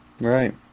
Right